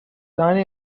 tiny